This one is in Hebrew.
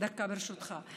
דקה, ברשותך.